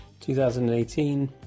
2018